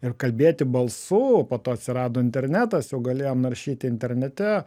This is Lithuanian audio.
ir kalbėti balsu po to atsirado internetas jau galėjom naršyti internete